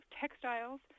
textiles